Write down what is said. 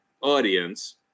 audience